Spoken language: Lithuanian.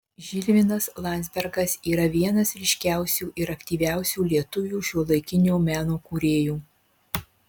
žilvinas landzbergas yra vienas ryškiausių ir aktyviausių lietuvių šiuolaikinio meno kūrėjų